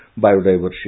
biodiversity